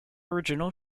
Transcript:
original